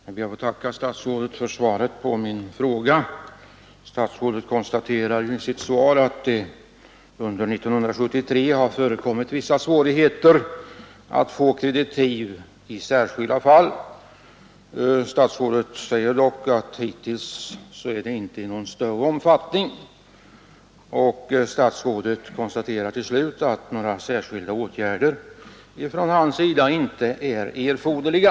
Herr talman! Jag ber att få tacka statsrådet för svaret på min fråga. Statsrådet konstaterar i svaret att under 1973 förekommit vissa svårigheter att få kreditiv i särskilda fall, dock inte i någon större omfattning. Statsrådet konstaterar till slut att några särskilda åtgärder från hans sida inte är erforderliga.